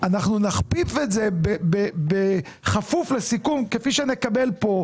אנחנו נכפיף את זה בכפוף לסיכום כפי שנקבל כאן,